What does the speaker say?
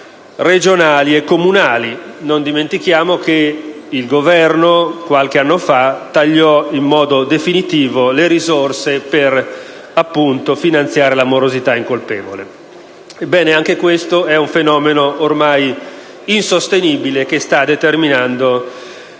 regionali e comunali. Non dimentichiamo che qualche anno fa il Governo tagliò in modo definitivo le risorse per finanziare la morosità incolpevole. Ebbene, anche questo fenomeno ormai è insostenibile e sta determinando